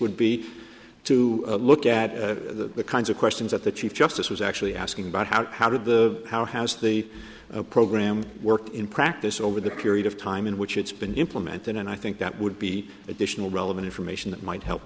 would be to look at the kinds of questions that the chief justice was actually asking about how to how did the how has the program worked in practice over the period of time in which it's been implemented and i think that would be additional relevant information that might help